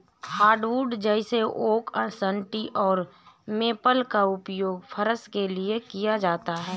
hardwood जैसे oak सन्टी और मेपल का उपयोग फर्श के लिए किया जाता है